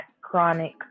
chronic